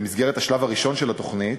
במסגרת השלב הראשון של התוכנית,